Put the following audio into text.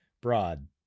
Broad